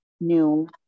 new